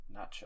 Nacho